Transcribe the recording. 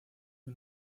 que